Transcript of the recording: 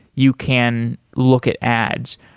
you can look at ads.